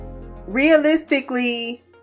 realistically